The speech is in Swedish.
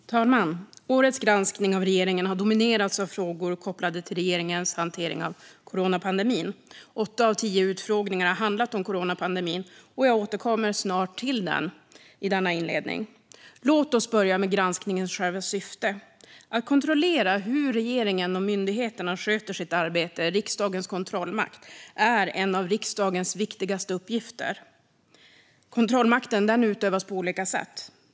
Fru talman! Årets granskning av regeringen har dominerats av frågor kopplade till regeringens hantering av coronapandemin. Åtta av tio utfrågningar har handlat om coronapandemin, och jag återkommer snart till den i denna inledning. Låt oss börja med granskningens själva syfte. Att kontrollera hur regeringen och myndigheterna sköter sitt arbete - riksdagens kontrollmakt - är en av riksdagens viktigaste uppgifter. Kontrollmakten utövas på olika sätt.